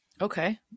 Okay